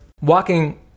walking